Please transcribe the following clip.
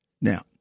Now